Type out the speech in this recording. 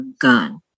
gun